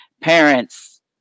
Parents